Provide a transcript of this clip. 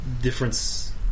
difference